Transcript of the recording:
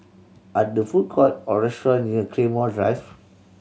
are the food court or restaurant near Claymore Drive